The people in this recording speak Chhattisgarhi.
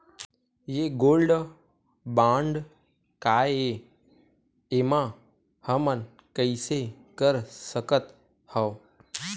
ये गोल्ड बांड काय ए एमा हमन कइसे कर सकत हव?